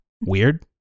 Weird